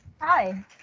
Hi